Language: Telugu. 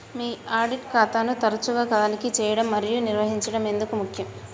మీ ఆడిట్ ఖాతాను తరచుగా తనిఖీ చేయడం మరియు నిర్వహించడం ఎందుకు ముఖ్యం?